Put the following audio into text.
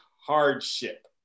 hardship